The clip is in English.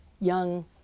young